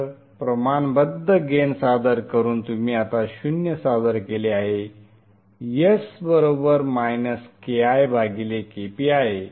तर प्रमाणबध्द गेन सादर करून तुम्ही आता शून्य सादर केले आहे s बरोबर Ki भागिले Kp आहे